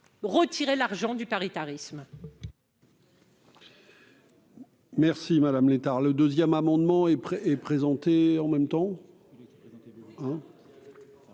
retirer l'argent du paritarisme.